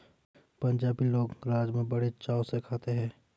पंजाबी लोग राज़मा बड़े चाव से खाते हैं